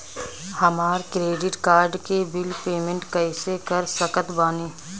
हमार credit card के bill payment कइसे कर सकत बानी?